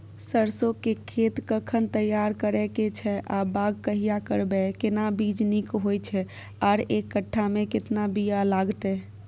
सरसो के खेत कखन तैयार करै के छै आ बाग कहिया करबै, केना बीज नीक होय छै आर एक कट्ठा मे केतना बीया लागतै?